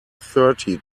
thirty